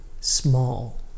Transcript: small